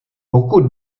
pokud